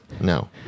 No